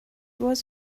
was